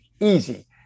Easy